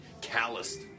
calloused